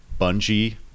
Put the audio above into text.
Bungie